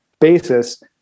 basis